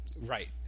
Right